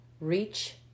Reach